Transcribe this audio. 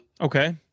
Okay